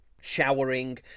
Showering